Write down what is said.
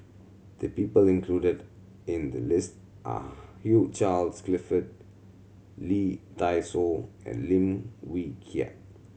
the people included in the list are Hugh Charles Clifford Lee Dai Soh and Lim Wee Kiak